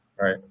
Right